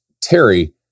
Terry